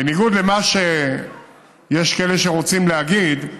בניגוד למה שיש כאלה שרוצים להגיד,